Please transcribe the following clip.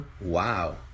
Wow